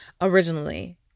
originally